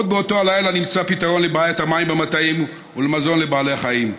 עוד באותו הלילה נמצא פתרון לבעיית המים במטעים ולמזון לבעלי החיים.